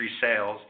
sales